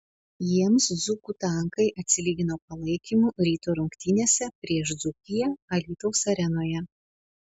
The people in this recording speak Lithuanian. jiems dzūkų tankai atsilygino palaikymu ryto rungtynėse prieš dzūkiją alytaus arenoje